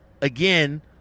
again